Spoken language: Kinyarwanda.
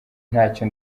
ntacyo